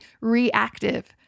reactive